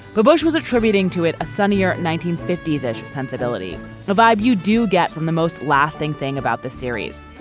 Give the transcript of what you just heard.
but bush was attributing to it a sunnier nineteen fifty s ish sensibility the vibe you do get from the most lasting thing about the series.